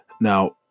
Now